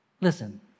Listen